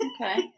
Okay